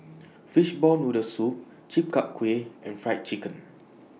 Fishball Noodle Soup Chi Kak Kuih and Fried Chicken